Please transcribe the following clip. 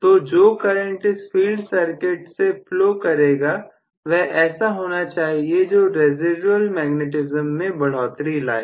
तो जो करंट इस फील्ड सर्किट से फलो करेगा वह ऐसा होना चाहिए जो रेसीडुएल मैग्नेटिज्म में बढ़ोतरी लाए